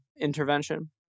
intervention